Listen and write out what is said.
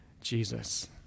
Jesus